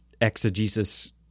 exegesis